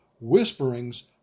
whisperings